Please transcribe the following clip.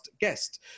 guest